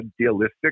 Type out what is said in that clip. idealistic